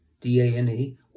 D-A-N-E